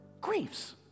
griefs